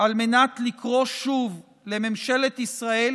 על מנת לקרוא שוב לממשלת ישראל,